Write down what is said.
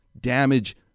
damage